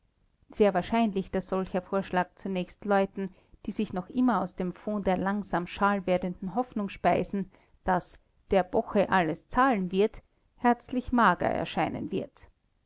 sehr wahrscheinlich daß solcher vorschlag zunächst leuten die sich noch immer aus dem fonds der langsam schal werdenden hoffnung speisen daß der boche alles zahlen wird herzlich mager erscheinen wird